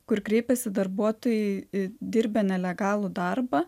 kur kreipiasi darbuotojai dirbę nelegalų darbą